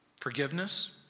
Forgiveness